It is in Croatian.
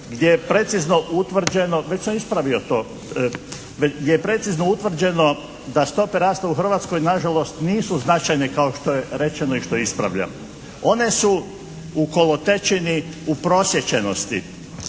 gdje je precizno utvrđeno da stope rasta u Hrvatskoj na žalost nisu značajne kao što je rečeno i što ispravljam. One su u kolotečini uprosječenosti.